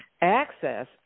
access